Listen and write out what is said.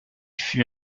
fut